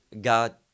God